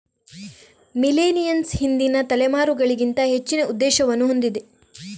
millennials ಹಿಂದಿನ ತಲೆಮಾರುಗಳಿಗಿಂತ ಹೆಚ್ಚಿನ ಉದ್ದೇಶವನ್ನು ಹೊಂದಿದೆ